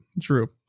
true